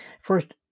First